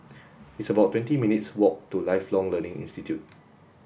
it's about twenty minutes' walk to Lifelong Learning Institute